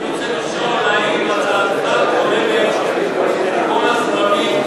אני רוצה לשאול האם הצעתך כוללת את כל הזרמים,